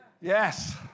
Yes